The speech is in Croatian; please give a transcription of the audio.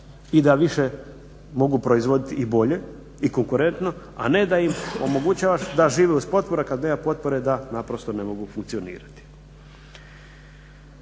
i da više mogu proizvoditi i bolje i konkurentno, a ne da im omogućavaš da žive uz potpore, a kad nema potpore da naprosto ne mogu funkcionirati.